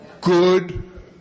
Good